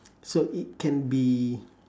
so it can be